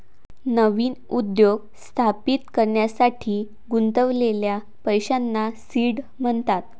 नवीन उद्योग स्थापित करण्यासाठी गुंतवलेल्या पैशांना सीड म्हणतात